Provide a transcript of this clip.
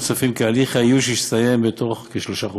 אנו צופים כי הליך האיוש יסתיים בתוך כשלושה חודשים.